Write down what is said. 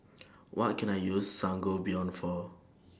What Can I use Sangobion For